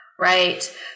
right